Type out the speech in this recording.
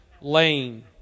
lane